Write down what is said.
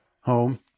home